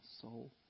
soul